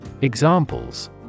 Examples